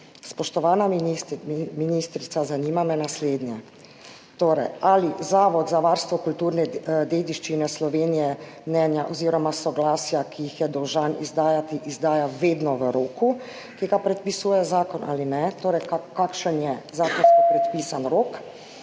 Spoštovana ministrica, zanima me naslednje: Ali Zavod za varstvo kulturne dediščine Slovenije mnenja oziroma soglasja, ki jih je dolžan izdajati, vedno izdaja v roku, ki ga predpisuje zakon, ali ne? Kakšen je zakonsko predpisan rok?